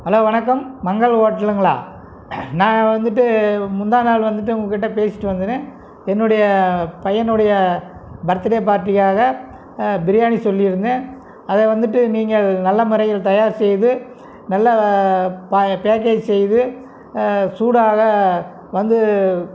hello வணக்கம் மங்கள் ஓட்டளுங்ளா நான் வந்துட்டு முந்தாநாள் வந்துட்டு உங்கள் கிட்ட பேசிவிட்டு வந்தன்னு என்னுடைய பையனுடைய பர்த்டே பார்ட்டிக்காக பிரியாணி சொல்லியிருந்தேன் அதை வந்துட்டு நீங்கள் நல்ல முறையில் தயார் செய்து நல்ல பேக்கேஜ் செய்து சூடாக வந்து